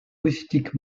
rustique